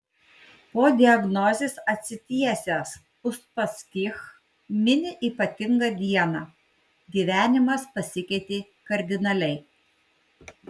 po diagnozės atsitiesęs uspaskich mini ypatingą dieną gyvenimas pasikeitė kardinaliai